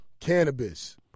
Cannabis